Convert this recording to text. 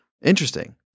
Interesting